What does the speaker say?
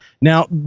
Now